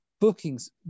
bookings